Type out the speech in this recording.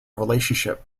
relationship